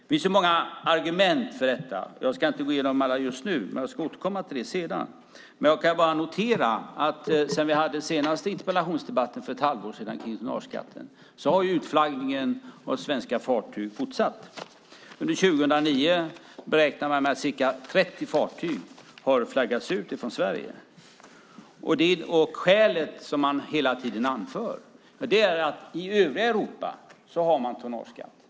Det finns många argument för detta. Jag ska inte gå igenom alla just nu, men jag ska återkomma till dem senare. Jag kan dock bara notera att sedan vi hade den senaste interpellationsdebatten om tonnageskatten för ett halvår sedan har utflaggningen av svenska fartyg fortsatt. Under 2009 beräknas ca 30 fartyg ha flaggats ut från Sverige. Skälet som hela tiden anförs är att man i övriga Europa har tonnageskatt.